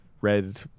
red